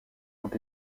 ont